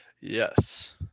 yes